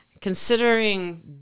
considering